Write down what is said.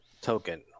token